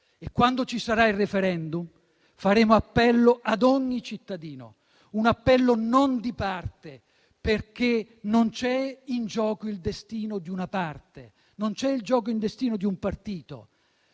Quando ci sarà il *referendum*, faremo appello ad ogni cittadino: non un appello di parte, perché non c'è in gioco il destino di una parte, non c'è in gioco il destino di un partito,